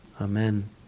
Amen